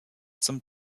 zum